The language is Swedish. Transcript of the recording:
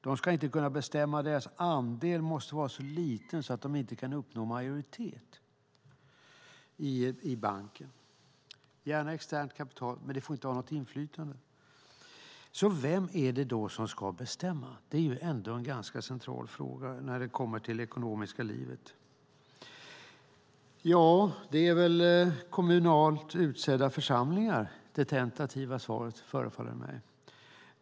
De ska inte kunna bestämma; deras andel ska vara så liten att de inte kan uppnå majoritet i banken. Det får gärna vara externt kapital, men det får inte ha något inflytande. Vem är det då som ska bestämma? Det är ju en ganska central fråga i det ekonomiska livet. Det tentativa svaret är väl: kommunalt utsedda församlingar.